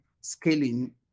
scaling